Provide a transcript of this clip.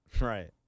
Right